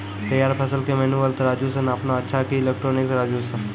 तैयार फसल के मेनुअल तराजु से नापना अच्छा कि इलेक्ट्रॉनिक तराजु से?